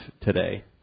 today